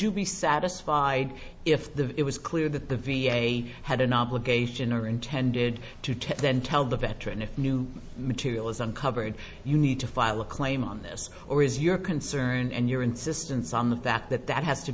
you be satisfied if the it was clear that the v a had an obligation or intended to take then tell the veteran if new material is uncovered you need to file a claim on this or is your concern and your insistence on the fact that that has to